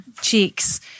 cheeks